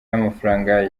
y’amafaranga